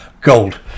Gold